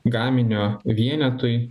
gaminio vienetui